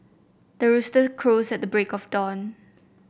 the rooster crows at the break of dawn